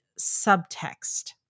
subtext